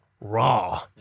Raw